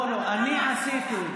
לא, אני עשיתי.